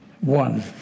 one